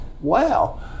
Wow